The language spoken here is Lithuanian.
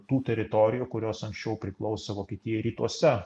tų teritorijų kurios anksčiau priklausė vokietijai rytuose